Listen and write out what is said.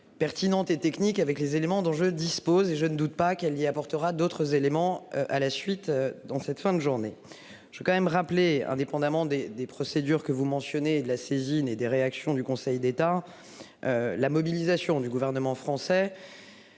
Pertinente et technique avec les éléments dont je dispose et je ne doute pas qu'elle y apportera d'autres éléments à la suite dans cette fin de journée. Je veux quand même rappeler, indépendamment des des procédures que vous mentionnez et de la saisine et des réactions du Conseil d'État. La mobilisation du gouvernement français.